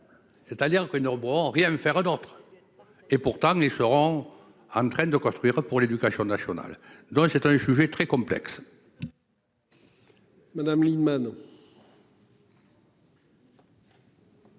C'est-à-dire que nos rien faire un entre. Et pourtant les feront en train de construire pour l'éducation nationale, donc c'est un sujet très complexe. Madame Lienemann.